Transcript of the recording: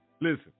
Listen